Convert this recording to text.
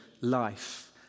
life